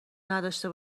نداشته